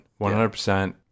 100%